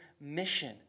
mission